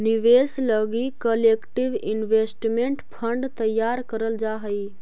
निवेश लगी collective investment fund तैयार करल जा हई